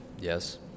Yes